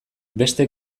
beste